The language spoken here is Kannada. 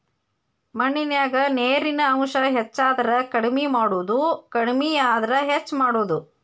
ಮಣ್ಣಿನ್ಯಾಗ ನೇರಿನ ಅಂಶ ಹೆಚಾದರ ಕಡಮಿ ಮಾಡುದು ಕಡಮಿ ಆದ್ರ ಹೆಚ್ಚ ಮಾಡುದು